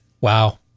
Wow